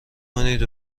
کنید